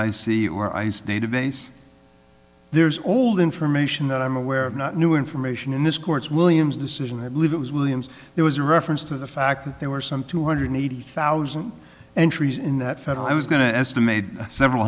c or ice database there's all the information that i'm aware of not new information in this court's williams decision i believe it was williams there was a reference to the fact that there were some two hundred eighty thousand entries in that federal i was going to estimate several